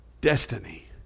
destiny